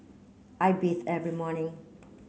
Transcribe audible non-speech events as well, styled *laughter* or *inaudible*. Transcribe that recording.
I bathe every morning *noise*